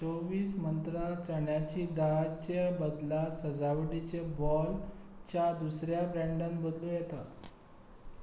चोव्वीस मंत्रा चण्याची दाळचे बदला सजावटीचे बॉलच्या दुसऱ्या ब्रँडान बदलू येता